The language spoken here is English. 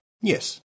yes